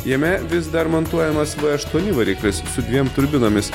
jame vis dar montuojamas aštuoni variklis su dviem turbinomis